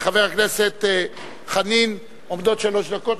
לחבר הכנסת חנין עומדות שלוש דקות.